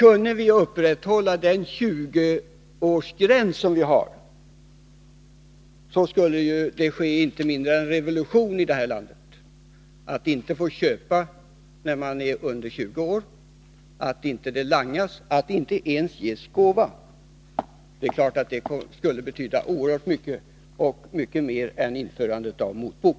Kunde vi upprätthålla 20-årsgränsen, skulle det ske inte mindre än en revolution i landet - att inte få köpa alkohol när man är under 20 år, att det inte langas, att alkohol inte ens ges i gåva. Det skulle betyda oerhört mycket, mycket mer än t.ex. införandet av motbok.